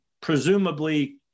presumably